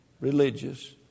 Religious